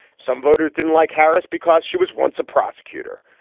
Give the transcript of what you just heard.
some voters didn't like harris because she was once a prosecutor.